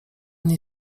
nie